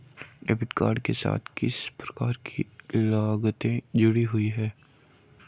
Debit card के साथ किस प्रकार की लागतें जुड़ी हुई हैं?